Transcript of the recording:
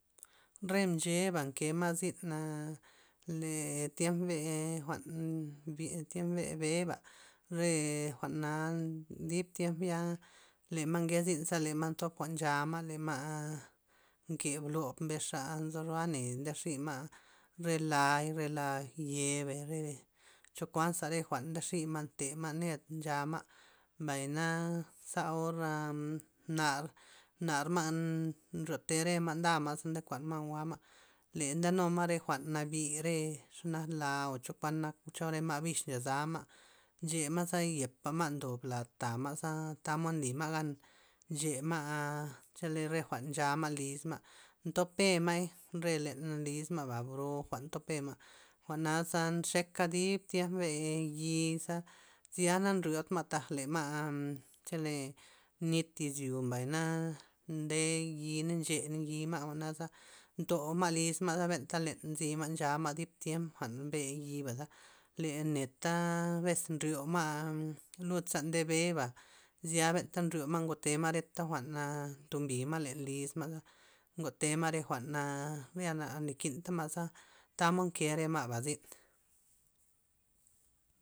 Re mcheba' nke ma' zyn aa- le tiemp be jwa'n mbi tiemp be'ba, re jwa'na dib tiem ya le ma' nke zyn za ntop ma' jwa'n nchama', le ma' nke lob mbez xa, nzo ro'a ne nde xima' re la'y re la' yebei' re cho kuanza jwa'n ndexi ma', nte ma' ned jwa'n cha ma', mbay na za or nar- nar ma' nryote re ma' nda ma' nde kuan ma' jwa'n jwa'ma' le ndenu ma' re jwa'n nabire xa nak la'ba cho kuan xo re ma' bixa ncha zal ma' nche ma'y ze yepa ma' ndob lad ta ma'za tamod nly ma' gan nche ma' che le re jwa'n lis'ma, nto pema'y re len lis ma' bro jwa'n ntopema' jwa'naza nchek dib tiem be yi'za, zyana nryod ma' le ma' chole nit izyo mbay nde yi na nche yi ma' jwa'naza nto'u ma' lisma'jwa'na benta ncha ma' len nzy ma' dib tiemp jwa'n be yi'baza, le leta' bes nryo ma'za lud za nde be'ba zya benta' nryo ma' ntema' reta jwa'n ntom bima' len lis ma'za ngote ma' re jwa'n ya nakinta ma' tamod nke re ma'ba zyn.